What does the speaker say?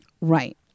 right